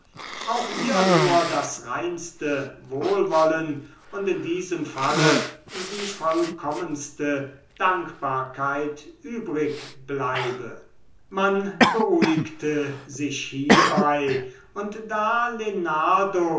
auch ihr nur das reinste wohlwollen und in diesem falle die vollkommenste dankbarkeit übrig bleibe man beruhigte sich hiebei und da